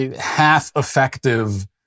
half-effective